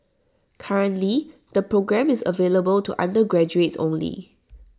currently the programme is available to undergraduates only